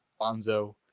Bonzo